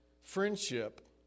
friendship